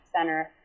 center